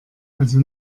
also